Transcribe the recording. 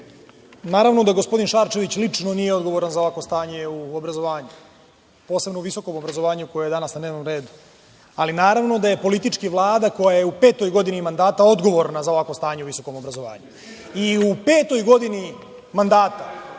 naravno da gospodin Šarčević lično nije odgovoran za ovakvo stanje u obrazovanju, posebno u visokom obrazovanju koje je danas na dnevnom redu, ali naravno da je politički Vlada koja je u petoj godini mandata odgovorna za ovakvo stanje u visokom obrazovanju. U petoj godini mandata